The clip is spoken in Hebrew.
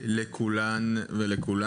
ולכולן.